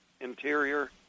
interior